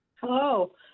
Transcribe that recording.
Hello